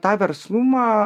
tą verslumą